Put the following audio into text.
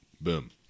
Boom